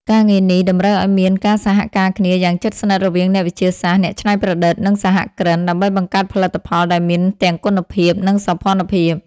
ការងារនេះតម្រូវឱ្យមានការសហការគ្នាយ៉ាងជិតស្និទ្ធរវាងអ្នកវិទ្យាសាស្ត្រ អ្នកច្នៃប្រឌិត និងសហគ្រិន ដើម្បីបង្កើតផលិតផលដែលមានទាំងគុណភាព និងសោភ័ណភាព។